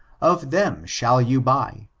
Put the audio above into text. of them shall you buy,